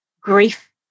grief